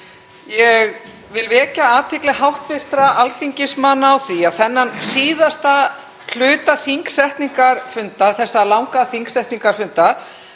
Ég vil vekja athygli hv. alþingismanna á því að þennan síðasta hluta þingsetningarfundar, þessa langa þingsetningarfundar,